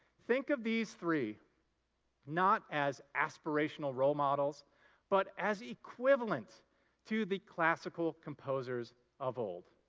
think of these three not as aspirational role models but as equivalent to the classical composers of old.